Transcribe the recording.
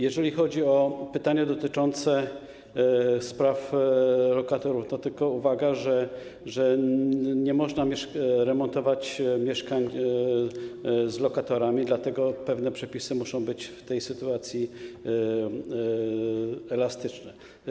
Jeżeli chodzi o pytanie dotyczące spraw lokatorów, to tylko uwaga, że nie można remontować mieszkań z lokatorami, dlatego pewne przepisy muszą być w tej sytuacji elastyczne.